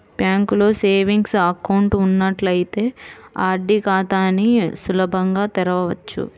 బ్యాంకులో savings account ఉన్నట్లయితే RD ఖాతాని సులభంగా తెరవచ్చు